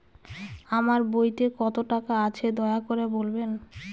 আমার বইতে কত টাকা আছে দয়া করে বলবেন?